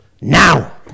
Now